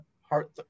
heart